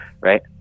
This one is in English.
right